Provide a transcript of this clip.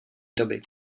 doby